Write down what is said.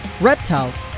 reptiles